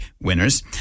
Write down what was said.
winners